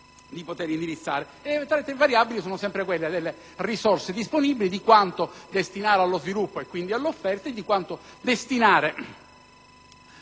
tre variabili sono sempre le stesse: le risorse disponibili, quanto destinare allo sviluppo e all'offerta e quanto destinare